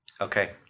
Okay